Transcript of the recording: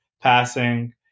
passing